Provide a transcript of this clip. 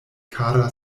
kara